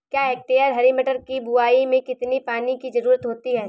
एक हेक्टेयर हरी मटर की बुवाई में कितनी पानी की ज़रुरत होती है?